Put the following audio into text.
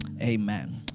Amen